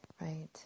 Right